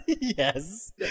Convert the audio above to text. Yes